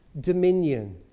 dominion